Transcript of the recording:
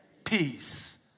peace